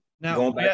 now